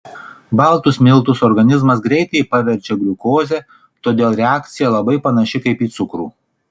baltus miltus organizmas greitai paverčia gliukoze todėl reakcija labai panaši kaip į cukrų